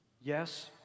Yes